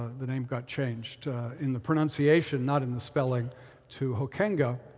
the name got changed in the pronunciation, not in the spelling to hoekenga